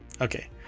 Okay